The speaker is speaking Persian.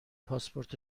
پاسپورت